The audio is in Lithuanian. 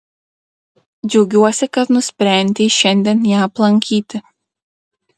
džiaugiuosi kad nusprendei šiandien ją aplankyti